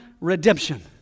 redemption